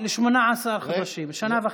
ל-18 חודשים, שנה וחצי.